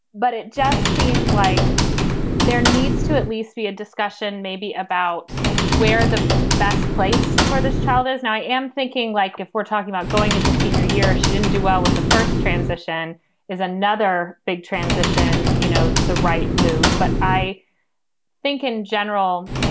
but it just seem like there needs to at least be a discussion maybe about where the best place for this child is. and i am thinking like if we're talking about going into senior year, she didn't do well with the first transition is another big transition. you know, the right move. but i think in general,